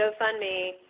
GoFundMe